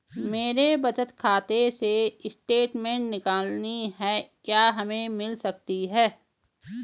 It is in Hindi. मेरे बचत खाते से स्टेटमेंट निकालनी है क्या हमें मिल सकती है?